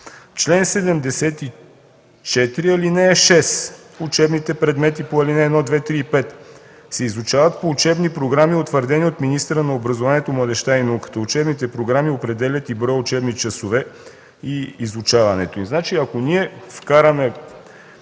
чл. 74, ал. 6: „Учебните предмети по ал. 1, 2, 3 и 5 се изучават по учебни програми, утвърдени от министъра на образованието, младежта и науката. Учебните програми определят и броя учебни часове за изучаването им.” Ако вкараме